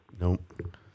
Nope